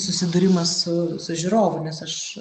susidūrimas su su žiūrovu nes aš